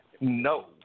No